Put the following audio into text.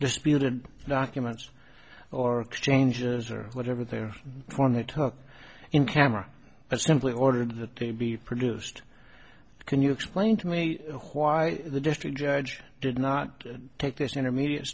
disputed documents or exchanges or whatever they're going to talk in camera i simply order that they be produced can you explain to me why the district judge did not take this intermediate